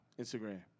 Instagram